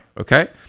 Okay